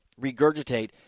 regurgitate